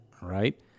right